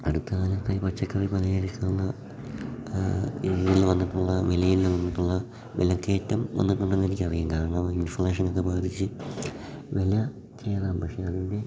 അടുത്തക്കാലത്തായി പച്ചക്കറി പലചരക്കുള്ള ഏരിയയിൽ വന്നിട്ടുള്ള വിലയിൽ വന്നിട്ടുള്ള വിലക്കയറ്റം വന്നിട്ടുണ്ടെന്ന് എനിക്കറിയാം കാരണം ഇൻഫ്ലേഷനൊക്കെ ബാധിച്ച് വില കയറാം പക്ഷെ അതിൻ്റെ